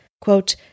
Quote